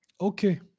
Okay